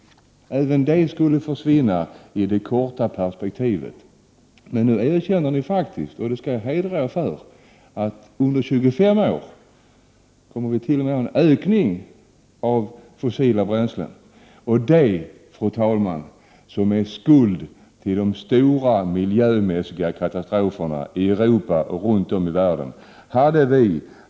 Även de skulle försvinna i det korta perspektivet. Men nu erkänner ni faktiskt — och det skall jag hedra er för — att vi under 25 år kommer t.o.m. att ha en ökning av fossila bränslen. Och det, fru talman, är det som är skuld till de stora miljömässiga katastroferna i Europa och runt om i världen i övrigt.